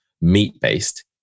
meat-based